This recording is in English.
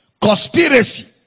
Conspiracy